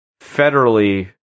federally